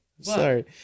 sorry